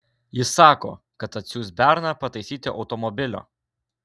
jis sako kad atsiųs berną pataisyti automobilio